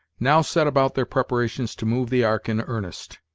now set about their preparations to move the ark in earnest.